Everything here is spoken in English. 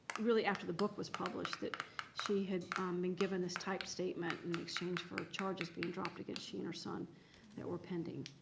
really after the book was published, that she had been given this typed statement in exchange for charges being dropped against she and her son that were pending.